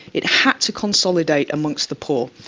it had to consolidate amongst the poor.